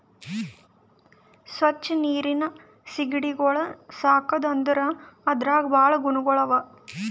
ಸ್ವಚ್ ನೀರಿನ್ ಸೀಗಡಿಗೊಳ್ ಸಾಕದ್ ಅಂದುರ್ ಅದ್ರಾಗ್ ಭಾಳ ಗುಣಗೊಳ್ ಅವಾ